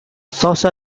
soccer